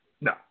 no